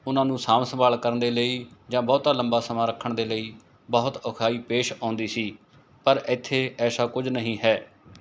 ਉਹਨਾਂ ਨੂੰ ਸਾਂਭ ਸੰਭਾਲ ਕਰਨ ਦੇ ਲਈ ਜਾਂ ਬਹੁਤਾ ਲੰਬਾ ਸਮਾਂ ਰੱਖਣ ਦੇ ਲਈ ਬਹੁਤ ਔਖਿਆਈ ਪੇਸ਼ ਆਉਂਦੀ ਸੀ ਪਰ ਇੱਥੇ ਐਸਾ ਕੁਝ ਨਹੀਂ ਹੈ